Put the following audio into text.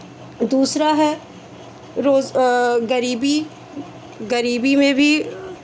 दूसरा है रोज़ गरीबी गरीबी में वी